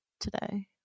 today